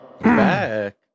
Back